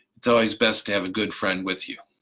it's always best to have a good friend with you.